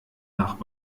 nach